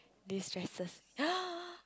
distresses